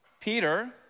Peter